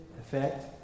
effect